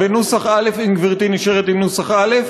בנוסח א' אם גברתי נשארת עם נוסח א',